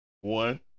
One